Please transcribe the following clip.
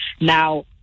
Now